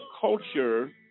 culture